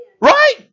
Right